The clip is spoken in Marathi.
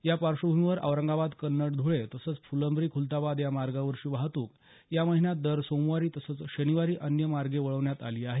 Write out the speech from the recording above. या पार्श्वभूमीवर औरंगाबाद कन्नड धुळे तसंच फुलंब्री खुलताबाद या मार्गावरची वाहतुक या महिन्यात दर सोमवारी तसंच शनिवारी अन्य मार्गे वळवण्यात आली आहे